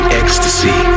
ecstasy